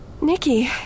Nikki